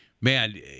man